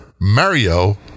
Mario